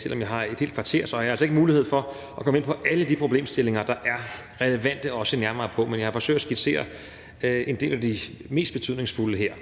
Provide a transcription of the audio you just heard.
selv om jeg har et helt kvarter, altså ikke mulighed for at komme ind på alle de problemstillinger, der er relevante at se nærmere på, men jeg forsøger at skitsere en del af de mest betydningsfulde her.